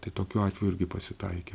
tai tokių atvejų irgi pasitaikė